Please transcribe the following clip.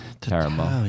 Terrible